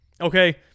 okay